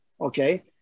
Okay